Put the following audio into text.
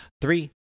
Three